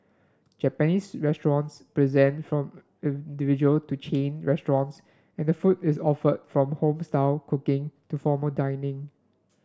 Japanese restaurants present from individual to chain restaurants and the food is offered from home style cooking to formal dining